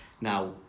Now